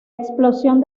explosión